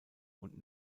und